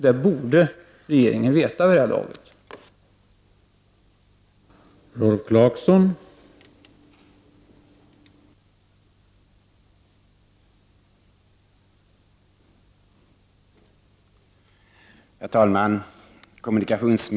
Det borde regeringen vid det här laget känna till.